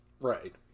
Right